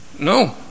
no